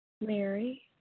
Mary